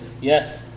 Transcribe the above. yes